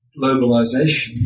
globalization